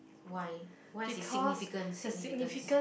why what is its significance significance